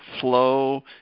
flow